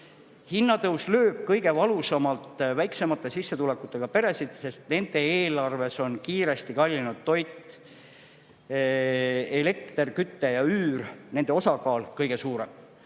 Hinnatõus lööb kõige valusamalt väiksema sissetulekuga peresid, sest nende eelarves on kiiresti kallinenud toidu, elektri, kütte ja üüri osakaal kõige suurem.